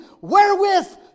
wherewith